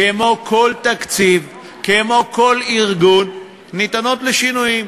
כמו כל תקציב, כמו כל ארגון, ניתנות לשינויים.